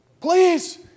Please